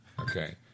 Okay